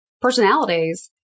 personalities